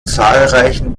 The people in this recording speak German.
zahlreichen